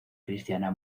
cristiana